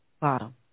Bottom